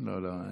לא, לא.